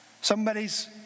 Somebody's